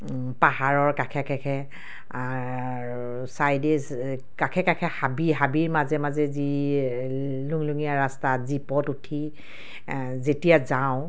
পাহাৰৰ কাষে কাষে আৰু চাইদে কাষে কাষে হাবি হাবিৰ মাজে মাজে যি লুংলুঙীয়া ৰাস্তাত জীপত উঠি যেতিয়া যাওঁ